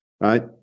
Right